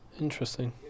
interesting